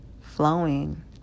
flowing